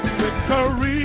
victory